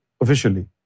officially